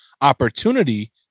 opportunity